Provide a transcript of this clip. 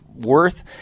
worth